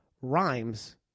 rhymes